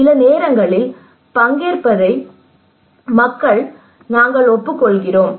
சில நேரங்களில் மக்கள் பங்கேற்பதை நாங்கள் ஒப்புக்கொள்கிறோம்